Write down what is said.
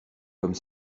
comme